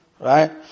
Right